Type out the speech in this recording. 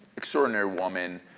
extraordinary woman,